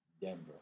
Denver